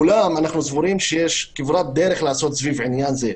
אולם אנחנו סבורים שיש כברת דרך לעשות סביב עניין זה,